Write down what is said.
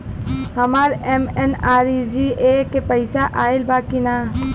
हमार एम.एन.आर.ई.जी.ए के पैसा आइल बा कि ना?